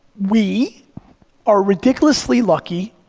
we are ridiculously lucky,